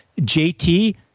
JT